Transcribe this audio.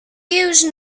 use